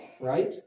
right